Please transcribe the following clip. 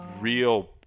real